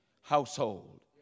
household